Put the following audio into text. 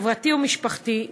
חברתי ומשפחתי,